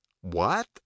What